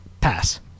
Pass